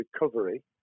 recovery